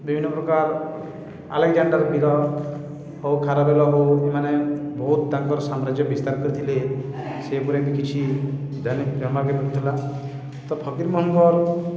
ବିଭିନ୍ନପ୍ରକାର୍ Alexander ବୀର ହେଉ ଖାରବେଳ ହେଉ ଇମାନେ ବହୁତ ତାଙ୍କର୍ ସାମ୍ରାଜ୍ୟ ବିସ୍ତାର୍ କରିଥିଲେ ସେପରେ ବି କିଛି ଜାନ୍ବାକେ ମିଳୁଥିଲା ତ ଫକୀର ମୋହନ୍ଙ୍କର୍